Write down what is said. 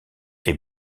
est